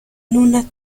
una